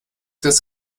des